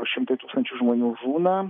šimtai tūkstančių žmonių žūna